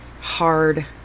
hard